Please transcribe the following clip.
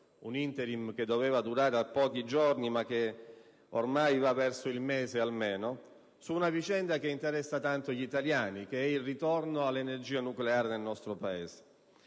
(un *interim* che doveva durare pochi giorni, ma che ormai va verso il mese), su una vicenda che interessa tanto gli italiani, ossia il ritorno all'energia nucleare nel nostro Paese.